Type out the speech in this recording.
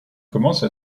commence